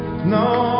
No